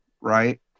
right